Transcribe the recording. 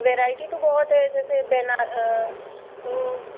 variety तो बहुत है जैसे वह